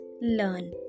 learn